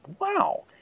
wow